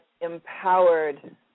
empowered